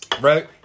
Right